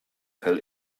fell